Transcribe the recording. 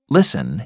Listen